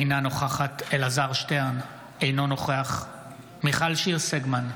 אינה נוכחת אלעזר שטרן, אינו נוכח מיכל שיר סגמן,